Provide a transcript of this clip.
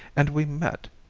and we met